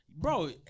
Bro